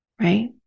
right